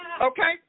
okay